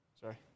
sorry